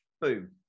boom